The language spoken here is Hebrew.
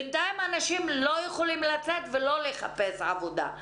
בינתיים אנשים לא יכולים לצאת ולחפש עבודה.